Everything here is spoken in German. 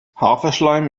haferschleim